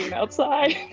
outside.